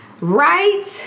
right